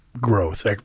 growth